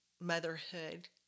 motherhood